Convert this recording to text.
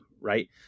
right